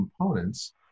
components